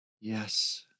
Yes